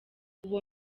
uwo